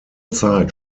zeit